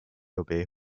obey